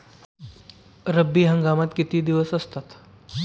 रब्बी हंगामात किती दिवस असतात?